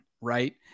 Right